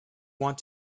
want